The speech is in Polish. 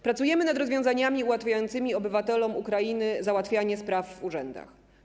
Pracujemy nad rozwiązaniami ułatwiającymi obywatelom Ukrainy załatwianie spraw w urzędach.